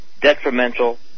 detrimental